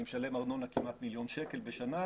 אני משלם ארנונה בסכום של כמעט מיליון שקלים בשנה,